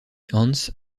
hans